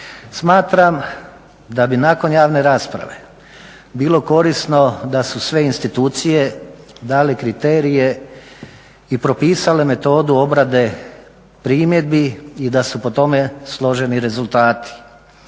Smatram da bi nakon javne rasprave bilo korisno da su sve institucije dale kriterije i propisale metodu obrade primjedbi i da su po tome složeni rezultati.